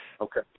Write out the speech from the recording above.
Okay